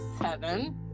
seven